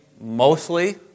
mostly